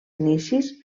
inicis